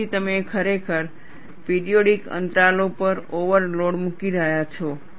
તેથી તમે ખરેખર પિરિયોડિક અંતરાલો પર ઓવરલોડ મૂકી રહ્યા છો